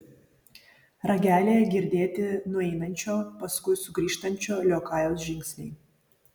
ragelyje girdėti nueinančio paskui sugrįžtančio liokajaus žingsniai